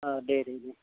दे दे दे